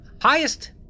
highest